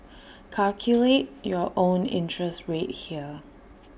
calculate your own interest rate here